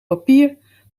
papier